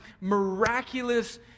miraculous